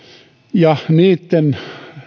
ja niitten